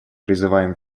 призываем